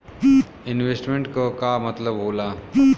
Investment क का मतलब हो ला?